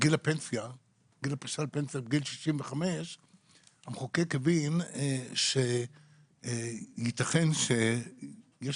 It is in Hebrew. גיל הפרישה לפנסיה בגיל 65 המחוקק הבין שייתכן שיש